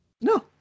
No